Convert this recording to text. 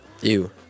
Ew